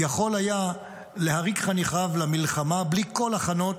יכול היה להריק חניכיו למלחמה בלי כל הכנות